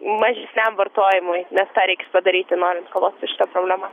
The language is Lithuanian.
mažesniam vartojimui nes tą reiks padaryti norint kovot su šita problema